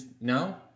No